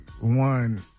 one